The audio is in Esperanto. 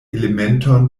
elementon